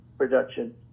production